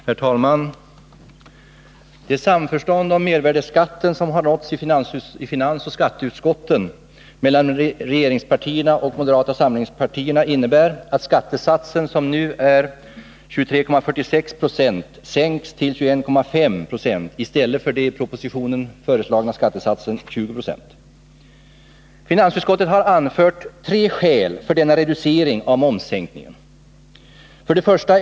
Herr talman! Det samförstånd om mervärdeskatten som har nåtts i finansoch skatteutskotten mellan regeringspartierna och moderata samlingspartiet innebär att skattesatsen, som nu är 23,46 26, sänks till 21,5 96 i stället för den i propositionen föreslagna skattesatsen 20 26. Finansutskottet har anfört tre skäl för denna reducering av momssänkningen: 1.